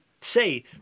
say